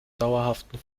dauerhaften